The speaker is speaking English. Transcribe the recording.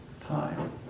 time